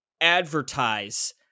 advertise